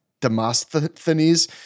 Demosthenes